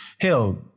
Hell